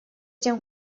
тем